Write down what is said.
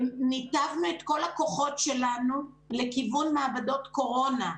ניתבנו את כל הכוחות שלנו לכיוון מעבדות קורונה.